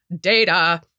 data